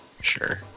Sure